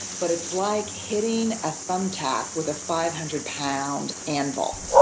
but it's like hitting a thumbtack with a five hundred pound anvil.